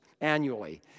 annually